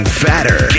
fatter